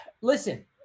listen